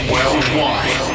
Worldwide